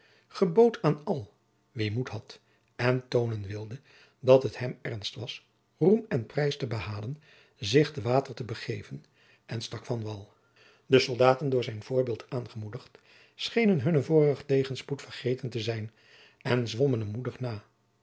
gebood aan al wie moed had en toonen wilde dat het hem ernst was roem en prijs te behalen zich te water te begeven en stak van wal de soldaten door zijn voorbeeld aangemoedigd schenen hunnen vorigen tegenspoed vergeten te zijn en zwommen hem moedig na